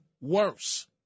worse